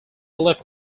left